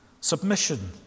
submission